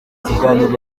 kiganiro